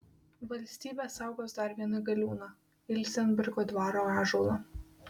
valstybė saugos dar vieną galiūną ilzenbergo dvaro ąžuolą